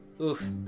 Oof